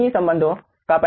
सही संबंधों को पहचानें